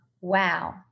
wow